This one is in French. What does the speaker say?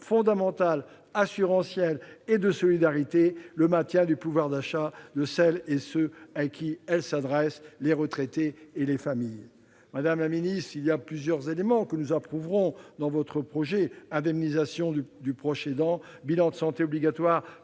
fondamentale, assurantielle et de solidarité, le maintien du pouvoir d'achat de celles et ceux à qui elle s'adresse : les retraités et les familles. Madame la ministre, nous approuverons plusieurs éléments du texte que vous nous présentez : l'indemnisation du proche aidant, le bilan de santé obligatoire